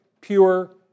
pure